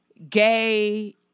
Gay